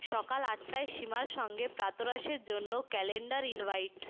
সকাল আটটায় সীমার সঙ্গে প্রাতরাশের জন্য ক্যালেন্ডার ইনভাইট